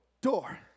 door